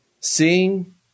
seeing